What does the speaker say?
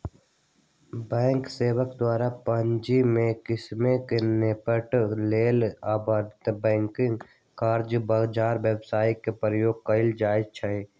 bank सभके द्वारा पूंजी में कम्मि से निपटे लेल अंतरबैंक कर्जा बजार व्यवस्था के प्रयोग कएल जाइ छइ